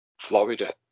florida